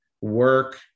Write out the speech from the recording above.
work